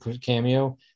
cameo